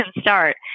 start